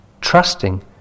trusting